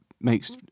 makes